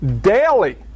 daily